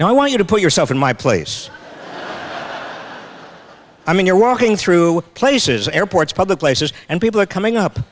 and i want you to put yourself in my place i mean you're walking through places airports public places and people are coming up